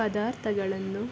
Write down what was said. ಪದಾರ್ಥಗಳನ್ನು